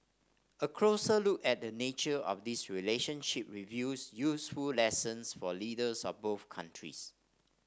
a closer look at the nature of this relationship reveals useful lessons for leaders of both countries